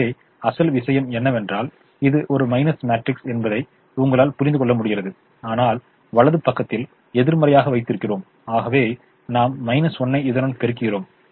எனவே அசல் விஷயம் என்னவென்றால் இது ஒரு மைனஸ் மேட்ரிக்ஸ் என்பதை உங்களால் புரிந்துகொள்ள முடிகிறது ஆனால் வலது பக்கத்தை எதிர்மறையாக வைத்திருக்கிறோம் ஆகவே நாம் 1 ஐ இதனுடன் பெருக்குகிறோம்